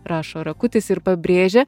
rašo rakutis ir pabrėžia